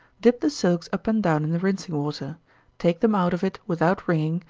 dip the silks up and down in the rinsing water take them out of it without wringing,